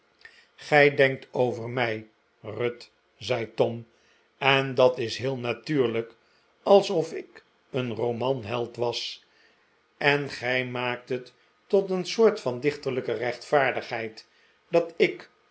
gij denkt over mij ruth zei tom en dat is heel natuurlijk alsof ik een romanheld was en gij maakt het tot een soort van dichterlijke rechtvaardigheid dat ik